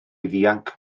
ddianc